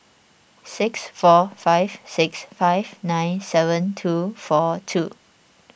six four five six five nine seven two four two